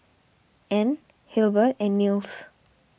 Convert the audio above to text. Anne Hilbert and Nils